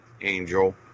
Angel